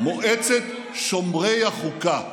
מועצת שומרי החוקה,